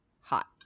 hot